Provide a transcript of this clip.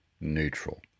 neutral